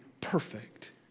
perfect